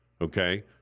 Okay